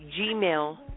gmail